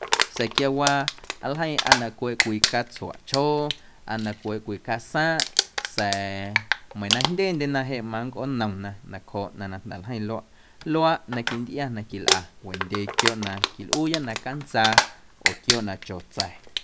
Sa̱a̱ quiawaa nljeiⁿ aa na cweꞌ cwii catsuaꞌchjoo aa na cweꞌ cwii casaaⁿꞌ sa̱a̱ meiiⁿ na jndyendyena jeꞌ ma nncꞌoonomna nacjooꞌ ꞌnaⁿ na jnda̱ ljeiⁿ luaꞌ quintꞌia na quilꞌa wendyee quiooꞌ na quilꞌuuya na cantsaa oo quiooꞌ na cho tsa̱.